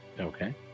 Okay